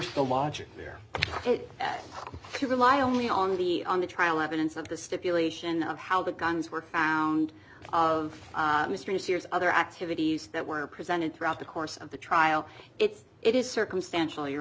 still margin there to rely only on the on the trial evidence of the stipulation of how the guns were found of mr sears other activities that were presented throughout the course of the trial it's it is circumstantial your